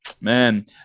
man